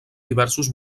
diversos